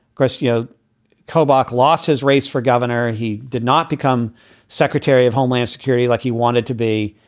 chrystia kobach lost his race for governor. he did not become secretary of homeland security like he wanted to be.